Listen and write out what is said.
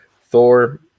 Thor